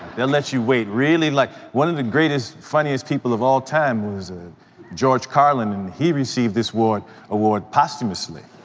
they'll let you wait really, like one of the greatest funniest people of all time was ah george carlin and he received this award posthumously.